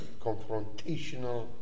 confrontational